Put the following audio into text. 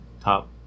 top